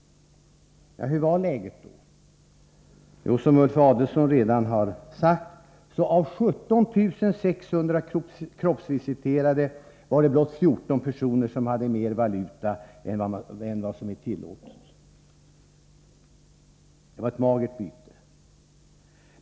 Hur var då läget? Jo, som Ulf Adelsohn redan har sagt, var det av 17 600 kroppsvisiterade blott 14 personer som hade mer valuta än vad som är tillåtet. Det var alltså ett magert byte.